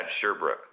Sherbrooke